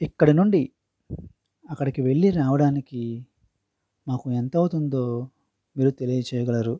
ఇక్కడి నుండి అక్కడికి వెళ్ళి రావడానికి మాకు ఎంత అవుతుందో మీరు తెలియజేయగలరు